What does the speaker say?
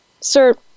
Sir